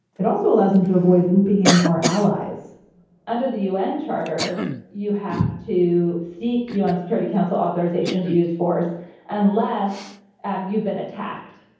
it also allows him to avoid looping in our allies under the u n. charter you have to seek u n. security council authorization to use force unless um you've been attacked.